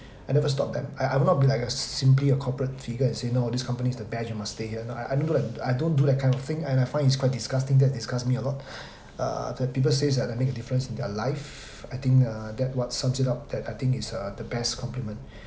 I never stop them I I would not be like a simply a corporate figure and say no this company is the best you must stay here no I I don't do like I don't do that kind of thing and I find it's quite disgusting that disgust me a lot uh that people says that I make a difference in their life I think uh that what sums it up that I think is uh the best compliment